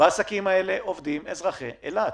בעסקים האלה עובדים אזרחי אילת.